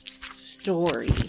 story